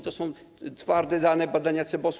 To są twarde dane, badania CBOS-u.